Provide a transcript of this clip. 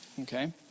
Okay